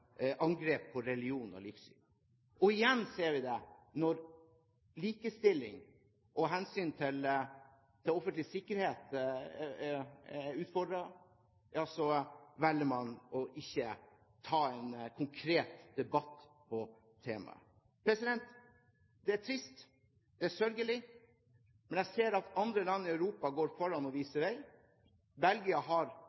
angrep på religion og livssyn. Og vi ser det igjen når likestilling og hensyn til offentlig sikkerhet er utfordret. Da velger man ikke å ta en konkret debatt om temaet. Det er trist og det er sørgelig, men jeg ser at andre land i Europa går foran